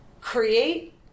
create